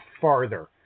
farther